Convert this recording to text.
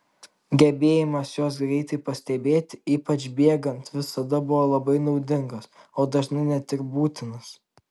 gebėjimas juos greitai pastebėti ypač bėgant visada buvo labai naudingas o dažnai net ir būtinas